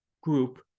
group